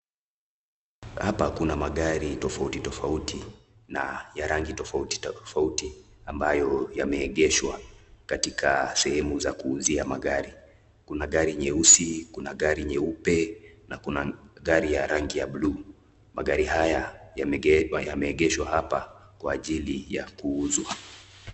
Hapa kuna magari tofauti tofauti na ya rangi tofauti tofauti ambayo yameegeshwa katika sehemu za kuuzia magari. Kuna gari nyeusi, kuna gari nyeupe na kuna gari ya rangi ya buluu. Magari haya yamege yameegeshwa hapa kwa ajili ya kuuzwa.